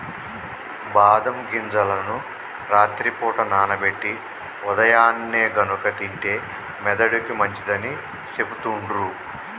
బాదం గింజలను రాత్రి పూట నానబెట్టి ఉదయాన్నే గనుక తింటే మెదడుకి మంచిదని సెపుతుండ్రు